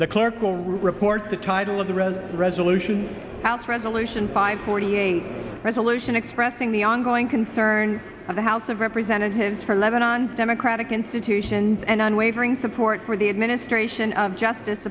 the clerk will report the title of the read resolution house resolution five forty eight resolution expressing the ongoing concern of the house of representatives for levanon democratic institutions and unwavering support for the administration of justice